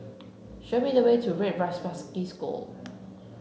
show me the way to Red Swastika School